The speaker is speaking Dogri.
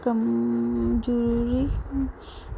जरूरी